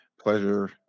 pleasure